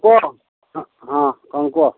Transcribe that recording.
କୁହ ହଁ କ'ଣ କୁହ